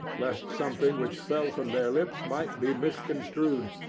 lest something which fell from their lips might be misconstrued,